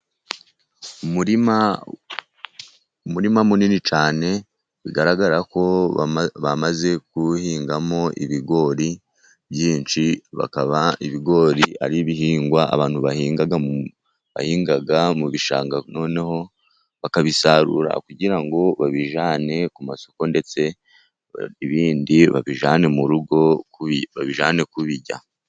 Umurima umurima munini cyane bigaragarako bamaze kuwuhingamo ibigori byinshi, bikaba ibigori ari ibihingwa abantu bahinga bahinga mu bishanga noneho bakabisarura kugira ngo babijyane ku masoko, ndetse ibindi babijyane mu rugo babijyane kubirya.